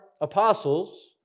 apostles